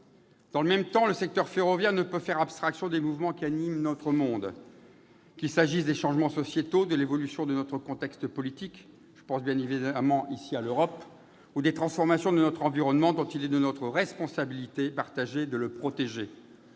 Dans le même temps, le secteur ferroviaire ne peut faire abstraction des mouvements qui animent notre monde, qu'il s'agisse des changements sociétaux, de l'évolution de notre contexte politique - je pense bien évidemment à l'Europe -, ou des transformations de notre environnement qu'il est de notre responsabilité partagée de protéger.